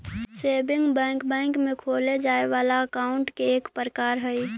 saving bank bank में खोलल जाए वाला अकाउंट के एक प्रकार हइ